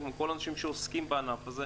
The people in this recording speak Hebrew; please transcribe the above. אלא גם כל האנשים שעוסקים בענף הזה.